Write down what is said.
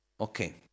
Okay